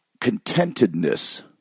contentedness